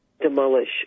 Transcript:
demolish